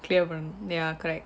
clear one ya correct